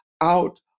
out